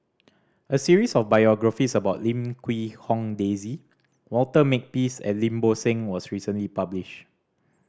a series of biographies about Lim Quee Hong Daisy Walter Makepeace and Lim Bo Seng was recently publish